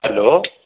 hello